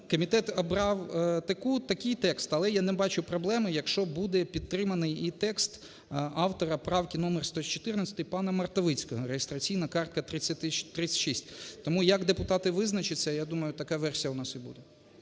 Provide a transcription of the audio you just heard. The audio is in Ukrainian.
комітет обрав таку… такий текст. Але я не бачу проблеми, якщо буде підтриманий і текст автора правки номер 114 пана Мартовицького (реєстраційна картка 36). Тому як депутати визначаться, я думаю, така версія у нас і буде.